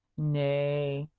nay,